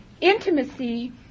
Intimacy